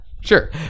Sure